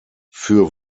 für